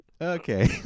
Okay